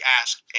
ask